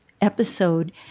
episode